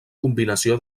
combinació